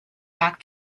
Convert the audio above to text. back